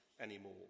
anymore